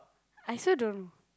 I also don't